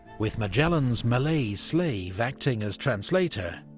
with magellan's malays slave acting as translator,